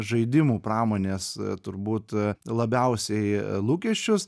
žaidimų pramonės turbūt labiausiai lūkesčius